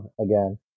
again